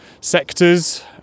sectors